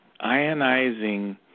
ionizing